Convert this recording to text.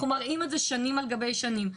אנחנו מראים את זה שנים על גבי שנים,